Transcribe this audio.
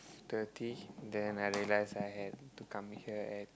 thirty then I realise I have to come here at